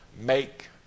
Make